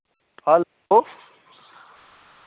hello